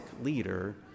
leader